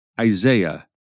Isaiah